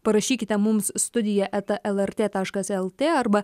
parašykite mums studija eta lrt taškas lt arba